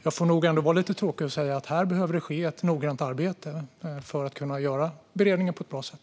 Jag får nog ändå vara lite tråkig och säga att det behöver ske ett noggrant arbete för att kunna göra beredningen på ett bra sätt.